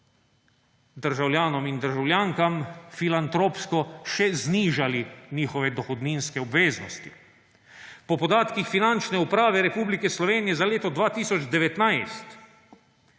državljanom in državljankam filantropsko še znižali njihove dohodninske obveznosti. Po podatkih Finančne uprave Republike Slovenije za leto 2019